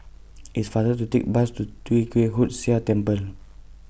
IT IS faster to Take Bus to Tee Kwee Hood Sia Temple